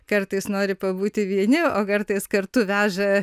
kartais nori pabūti vieni o kartais kartu veža